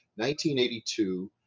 1982